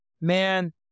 Man